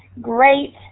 great